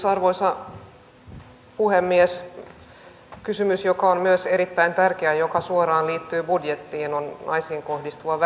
arvoisa puhemies kysymys joka on myös erittäin tärkeä ja joka suoraan liittyy budjettiin on naisiin kohdistuvasta